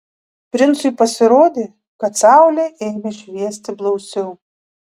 princui pasirodė kad saulė ėmė šviesti blausiau